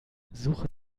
suche